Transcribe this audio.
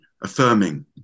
affirming